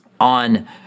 on